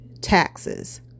taxes